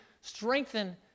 strengthen